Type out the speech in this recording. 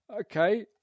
okay